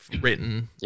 written